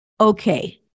Okay